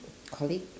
colleague